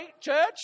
church